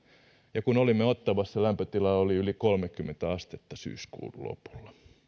ja kun olimme ottawassa lämpötila oli yli kolmekymmentä astetta syyskuun lopulla